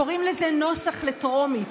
קוראים לזה נוסח לטרומית.